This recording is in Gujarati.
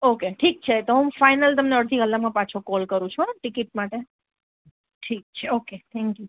ઓકે ઠીક છે તો હું ફાઈનલ તમને અડધી કલાકમાં પાછો કોલ કરું છું હોં ટિકિટ માટે ઠીક છે ઓકે થેંક્યું